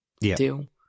deal